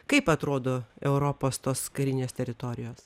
kaip atrodo europos tos karinės teritorijos